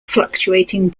fluctuating